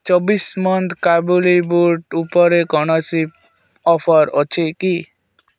ଚବିଶି ମନ୍ତ୍ର କାବୁଲି ବୁଟ ଉପରେ କୌଣସି ଅଫର୍ ଅଛି କି